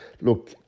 Look